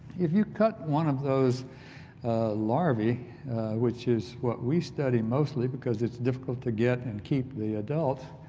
if you cut one of those larva which is what we study mostly because it's difficult to get and keep the adults,